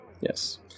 yes